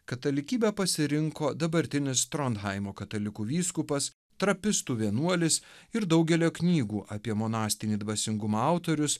katalikybę pasirinko dabartinis tronhaimo katalikų vyskupas trapistų vienuolis ir daugelio knygų apie monastinį dvasingumą autorius